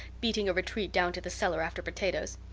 beating a retreat down to the cellar after potatoes.